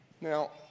Now